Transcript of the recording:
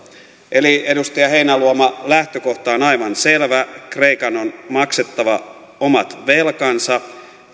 eli edustaja heinäluoma lähtökohta on aivan selvä kreikan on maksettava omat velkansa